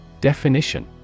Definition